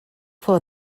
for